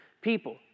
people